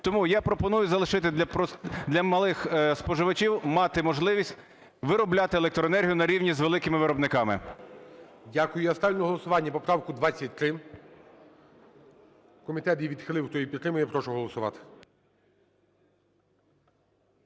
Тому я пропоную залишити для малих споживачів мати можливість виробляти електроенергію на рівні з великими виробниками. ГОЛОВУЮЧИЙ. Дякую. Я ставлю на голосування поправку 23, комітет її відхилив. Хто її підтримує, я прошу голосувати.